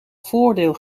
voordeel